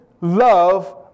love